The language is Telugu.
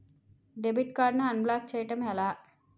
డెబిట్ కార్డ్ ను అన్బ్లాక్ బ్లాక్ చేయటం ఎలా?